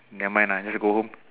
never mind lah just go home